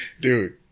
Dude